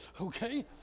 Okay